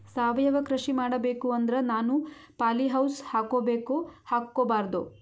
ಸಾವಯವ ಕೃಷಿ ಮಾಡಬೇಕು ಅಂದ್ರ ನಾನು ಪಾಲಿಹೌಸ್ ಹಾಕೋಬೇಕೊ ಹಾಕ್ಕೋಬಾರ್ದು?